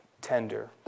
tender